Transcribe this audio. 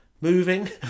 moving